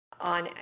on